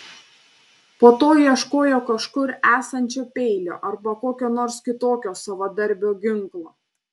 po to ieškojo kažkur esančio peilio arba kokio nors kitokio savadarbio ginklo